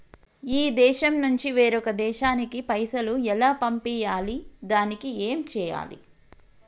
ఈ దేశం నుంచి వేరొక దేశానికి పైసలు ఎలా పంపియ్యాలి? దానికి ఏం చేయాలి?